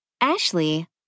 Ashley